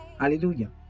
hallelujah